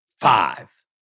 Five